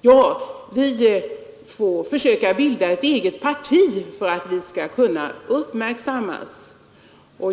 Ja, vi får försöka bilda ett eget parti för att bli uppmärksammade.